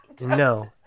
No